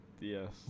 yes